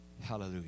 Hallelujah